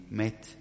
met